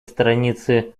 странице